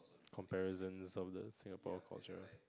comparison of the Singapore culture